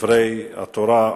כדברי התורה,